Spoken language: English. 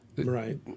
Right